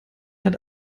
hat